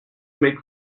make